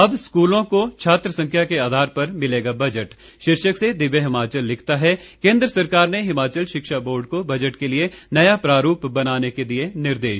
अब स्कूलों को छात्र संख्या के आधार पर मिलेगा बजट शीर्षक से दिव्य हिमाचल लिखता है केन्द्र सरकार ने हिमाचल शिक्षा विभाग को बजट के लिये नया प्रारूप बनाने के दिये निर्देश